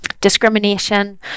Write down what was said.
discrimination